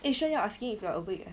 eh xuan yao asking if you are awake eh